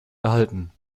erhalten